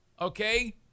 Okay